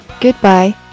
Goodbye